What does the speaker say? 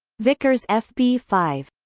vickers f b five